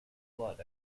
blood